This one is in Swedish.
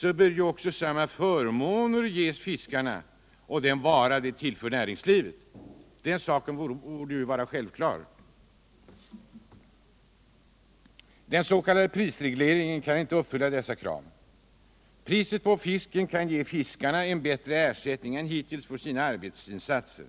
bör också samma förmåner ges fiskarna och den vara de tillför näringslivet. Den saken borde vara självklar. Den s.k. prisregleringen kan inte uppfylla dessa krav. Priset på fisken kan ge fiskarna en bättre ersättning än hittills för deras arbetsinsatser.